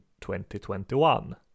2021